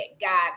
God